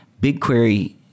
BigQuery